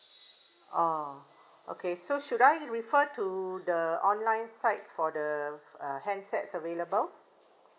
oh okay so should I refer to the online site for the uh handsets available